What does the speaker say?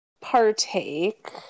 partake